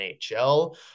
NHL